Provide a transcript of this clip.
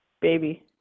baby